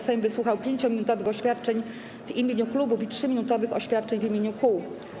Sejm wysłuchał 5-minutowych oświadczeń w imieniu klubów i 3-minutowych oświadczeń w imieniu kół.